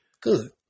good